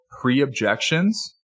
pre-objections